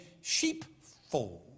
sheepfold